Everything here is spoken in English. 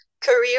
career